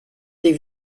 des